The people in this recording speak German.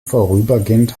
vorübergehend